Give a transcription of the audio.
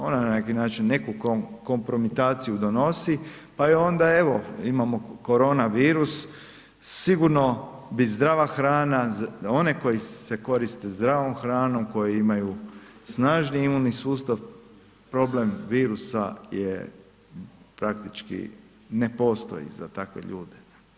Ona na neki način neku kompromitaciju donosi pa i onda evo imamo korona virus, sigurno bi zdrava hrana, one koji se koriste zdravom hranom, koji imaju snažni imuni sustav problem virusa je praktički ne postoji za takve ljude.